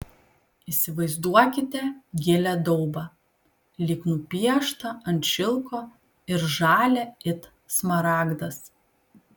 įsivaizduokite gilią daubą lyg nupieštą ant šilko ir žalią it smaragdas